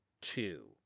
two